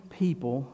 people